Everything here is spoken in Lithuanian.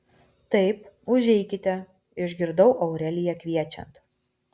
taip užeikite išgirdau aureliją kviečiant